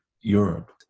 europe